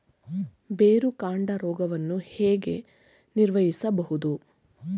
ಬೇರುಕಾಂಡ ರೋಗವನ್ನು ಹೇಗೆ ನಿರ್ವಹಿಸಬಹುದು?